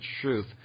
truth